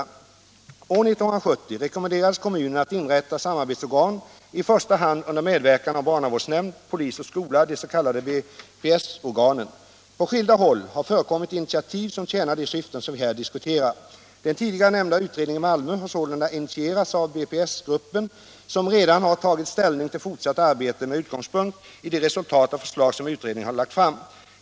År 1970 rekommenderades kommunerna: att inrätta samarbetsorgan i första hand under medverkan av barnavårdsnämnd, polis och skola, de s.k. BPS-organen. På skilda håll har förekommit initiativ som tjänar de syften vi här diskuterar. Den tidigare nämnda utredningen i Malmö har sålunda initierats av BPS-gruppen, som redan har tagit ställning till fortsatt arbete med utgångspunkt i de resultat och förslag som utredningen har lagt fram.